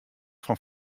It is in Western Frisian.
fan